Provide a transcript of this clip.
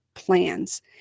plans